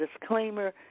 disclaimer